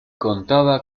contaba